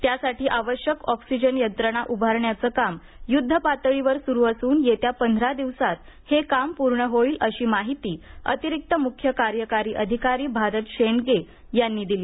त्यासाठी आवश्यक ऑक्सिजन यंत्रणा उभारण्याचं काम युद्धपातळीवर सुरू असून येत्या पंधरा दिवसात हे काम पूर्ण होईल अशी माहिती अतिरिक्त मुख्य कार्यकारी अधिकारी भारत शेंडगे यांनी दिली